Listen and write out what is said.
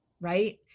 right